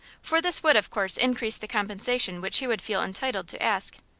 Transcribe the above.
for this would of course increase the compensation which he would feel entitled to ask.